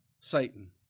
Satan